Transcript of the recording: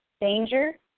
danger